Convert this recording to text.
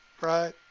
Right